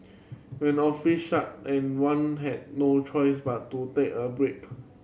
when offices shut and one had no choice but to take a break